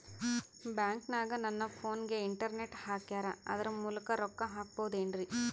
ಬ್ಯಾಂಕನಗ ನನ್ನ ಫೋನಗೆ ಇಂಟರ್ನೆಟ್ ಹಾಕ್ಯಾರ ಅದರ ಮೂಲಕ ರೊಕ್ಕ ಹಾಕಬಹುದೇನ್ರಿ?